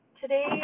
today